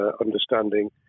understanding